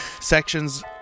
Sections